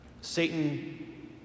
Satan